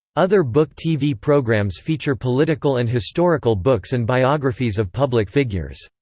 other book tv programs feature political and historical books and biographies of public figures.